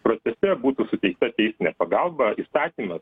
procese būtų suteikta teisinė pagalba įstatymas